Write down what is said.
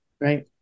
Right